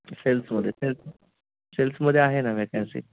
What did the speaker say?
सेल्समध्ये सेल्स सेल्समध्ये आहे ना वेकॅन्सी